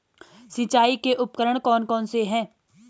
सिंचाई के उपकरण कौन कौन से हैं?